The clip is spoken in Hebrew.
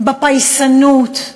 בפייסנות,